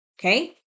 okay